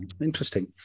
Interesting